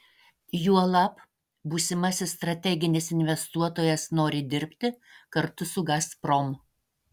juolab būsimasis strateginis investuotojas nori dirbti kartu su gazprom